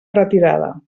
retirada